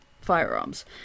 firearms